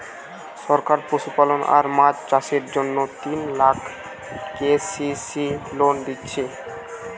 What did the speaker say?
সরকার পশুপালন আর মাছ চাষের জন্যে তিন লাখ কে.সি.সি লোন দিচ্ছে